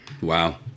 Wow